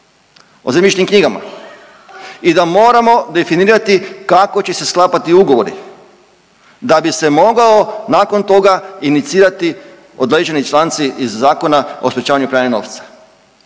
o zemljišnim knjigama i da moramo definirati kako će se sklapati ugovori da bi se mogao nakon toga inicirati određeni članci iz Zakona o sprječavanju pranja novca.